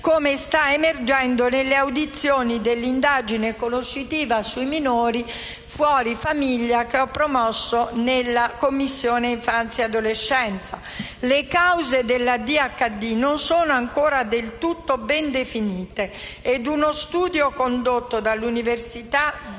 come sta emergendo nelle audizioni dell'indagine conoscitiva sui minori fuori famiglia che ho promosso in Commissione infanzia e adolescenza. Le cause dell'ADHD non sono ancora del tutto ben definite e uno studio condotto dall'università di